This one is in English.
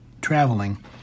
traveling